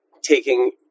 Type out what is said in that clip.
taking